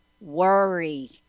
Worry